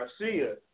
Garcia